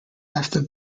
after